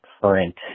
current